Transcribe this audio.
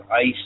ice